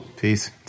Peace